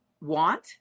want